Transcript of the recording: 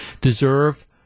deserve